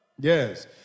yes